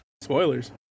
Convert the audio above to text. Spoilers